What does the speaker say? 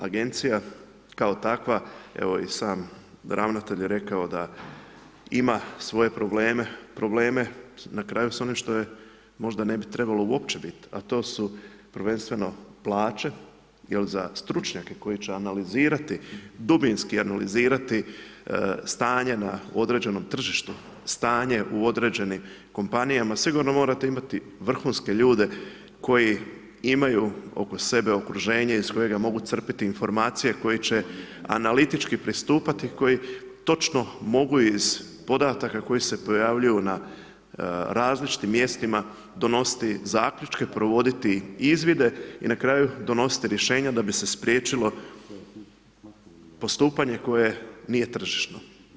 Agencija kao takva, evo i sam ravnatelj je rekao da ima svoje probleme, probleme na kraju s onim što je, možda ne bi trebalo uopće biti, a to su prvenstveno plaće, jer za stručnjake koji će analizirati, dubinsko analizirati stanje na određenom tržištu, stanje u određenim kompanijama, sigurno morate imati vrhunske ljude koji imaju oko sebe okruženje iz kojega mogu crpiti informacije koje će analitičke pristupati, koji točno mogu iz podataka, koji se pojavljuju na različitim mjestima, donositi zaključke, provoditi izvide i na kraju donositi rješenja, da bi se spriječilo postupanje koje nije tržišno.